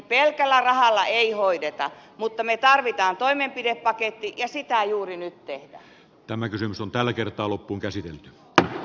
pelkällä rahalla ei hoideta mutta me tarvitsemme toimenpidepaketin ja sitä juuri nyt tehdään